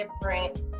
different